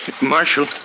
Marshal